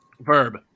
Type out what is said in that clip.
Verb